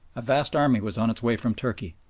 a vast army was on its way from turkey,